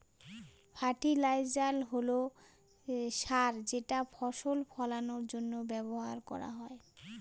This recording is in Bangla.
ফার্টিলাইজার হল সার যেটা ফসল ফলানের জন্য ব্যবহার করা হয়